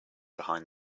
behind